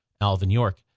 alvin york.